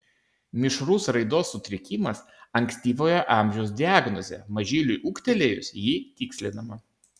mišrus raidos sutrikimas ankstyvojo amžiaus diagnozė mažyliui ūgtelėjus ji tikslinama